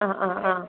ആ ആ ആ